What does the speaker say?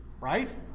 right